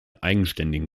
eigenständigen